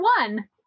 one